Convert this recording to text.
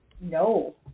no